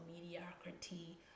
mediocrity